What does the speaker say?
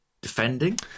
defending